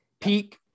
Peak